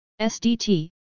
SDT